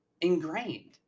ingrained